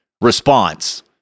response